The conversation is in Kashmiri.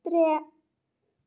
ترٛےٚ